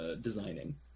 designing